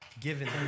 given